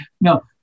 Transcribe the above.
No